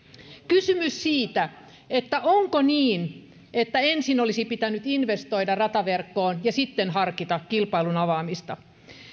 kysymys siitä onko niin että ensin olisi pitänyt investoida rataverkkoon ja sitten harkita kilpailun avaamista